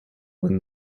when